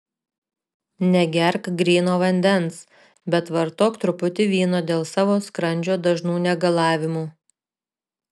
negerk gryno vandens bet vartok truputį vyno dėl savo skrandžio dažnų negalavimų